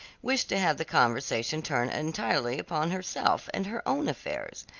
wished to have the conversation turn entirely upon herself and her own affairs,